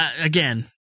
again